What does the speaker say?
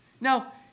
Now